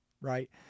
right